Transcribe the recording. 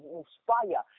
inspire